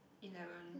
eleven